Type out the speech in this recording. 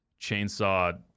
chainsaw